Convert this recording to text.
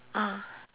ah